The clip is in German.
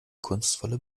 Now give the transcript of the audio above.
kunstvolle